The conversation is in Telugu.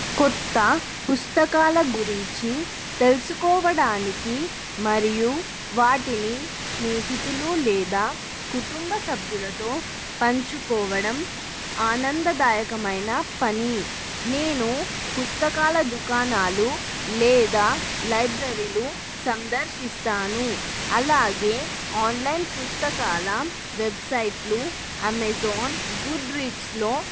కొత్త పుస్తకాల గురించి తెలుసుకోవడానికి మరియు వాటిని స్నేహితులు లేదా కుటుంబ సభ్యులతో పంచుకోవడం ఆనందదాయకమైన పని నేను పుస్తకాల దుకాణాలు లేదా లైబ్రరీలు సందర్శిస్తాను అలాగే ఆన్లైన్ పుస్తకాల వెబ్సైట్లు అమెజాన్ గుడ్ రీడ్స్లో